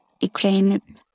Ukraine